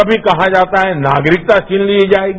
कभी कहा जाता है नागरिकता छीन ली जाएगी